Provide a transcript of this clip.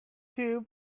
two